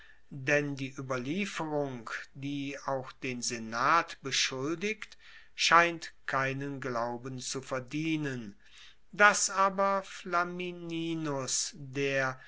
denn die ueberlieferung die auch den senat beschuldigt scheint keinen glauben zu verdienen dass aber flamininus der